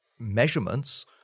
measurements